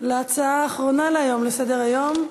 להצעה האחרונה לסדר-היום: